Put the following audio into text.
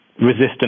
resistant